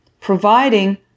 providing